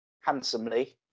handsomely